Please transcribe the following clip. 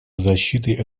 защиты